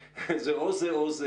זה או זה או זה